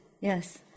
yes